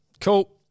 Cool